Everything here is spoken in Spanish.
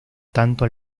tanto